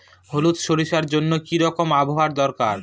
হলুদ সরষে জন্য কি রকম আবহাওয়ার দরকার?